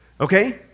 Okay